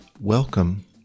Welcome